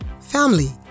family